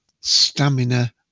stamina